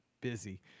busy